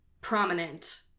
prominent